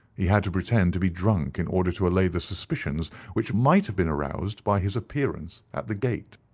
he had to pretend to be drunk in order to allay the suspicions which might have been aroused by his appearance at the gate.